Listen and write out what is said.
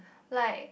like